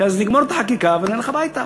כי אז נגמור את החקיקה ונלך הביתה.